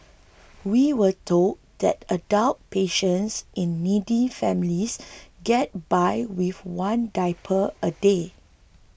we were told that adult patients in needy families get by with one diaper a day